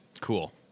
Cool